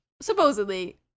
supposedly